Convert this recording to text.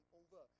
over